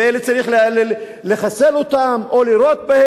אז המצרים ירו בהם?